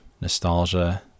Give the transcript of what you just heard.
nostalgia